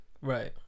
Right